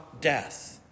death